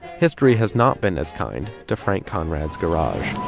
history has not been as kind to frank conrad's garage.